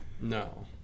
No